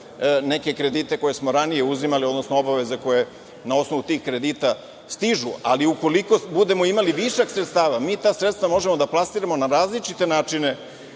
neke kredite koje smo ranije uzimali, odnosno obaveze koje na osnovu tih kredita stižu, ali ukoliko budemo imali višak sredstava, mi ta sredstva možemo da plasiramo na različite načine